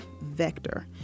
vector